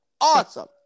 Awesome